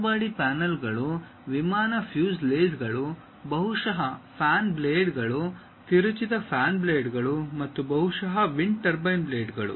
car body ಪ್ಯಾನೆಲ್ಗಳು ವಿಮಾನ ಫ್ಯೂಸ್ಲೇಜ್ಗಳು ಬಹುಶಃ ಫ್ಯಾನ್ ಬ್ಲೇಡ್ಗಳು ತಿರುಚಿದ ಫ್ಯಾನ್ ಬ್ಲೇಡ್ಗಳು ಮತ್ತು ಬಹುಶಃ ವಿಂಡ್ ಟರ್ಬೈನ್ ಬ್ಲೇಡ್ಗಳು